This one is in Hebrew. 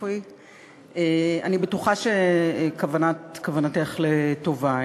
אני בטוחה שכוונתך לטובה,